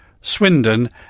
Swindon